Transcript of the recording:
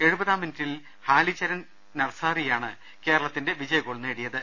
എഴുപതാം മിനുട്ടിൽ ഹാലിചരൻ നർസാറിയാണ് കേരളത്തിന്റെ വിജയഗ്വോൾ നേടിയത്